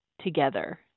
together